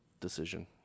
decision